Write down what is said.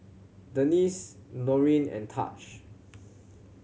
Denese Norine and Taj